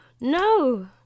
No